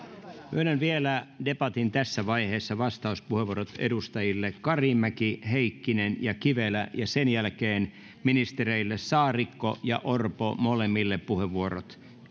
myönnän vielä debatin tässä vaiheessa vastauspuheenvuorot edustajille karimäki heikkinen ja kivelä ja sen jälkeen ministereille saarikko ja orpo molemmille puheenvuorot